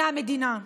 מהמדינה.